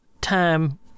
time